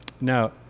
now